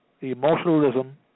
emotionalism